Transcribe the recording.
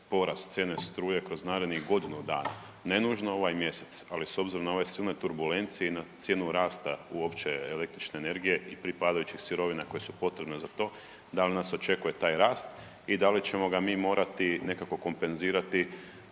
porast cijene struje kroz narednih godinu dana, ne nužno ovaj mjesec, ali s obzirom na ove silne turbulencije i na cijenu rasta uopće električne energije i pripadajućih sirovina koje su potrebne za to da li nas očekuje taj rast i da li ćemo ga mi morati nekako kompenzirati